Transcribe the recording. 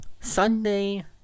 Sunday